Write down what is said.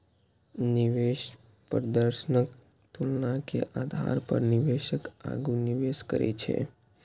निवेश प्रदर्शनक तुलना के आधार पर निवेशक आगू निवेश करै छै